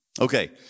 Okay